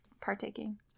partaking